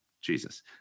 Jesus